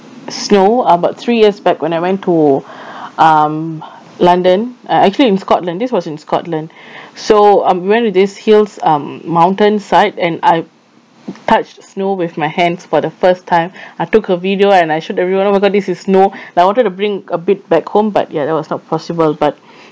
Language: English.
snow about three years back when I went to um london uh actually in scotland this was in scotland so um we went to this hills~ um mountainside and I touched snow with my hands for the first time I took a video and I showed everyone oh my god this is snow and I wanted to bring a bit back home but ya that was not possible but